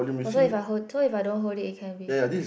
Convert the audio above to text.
also if I hold so if I don't hold it can be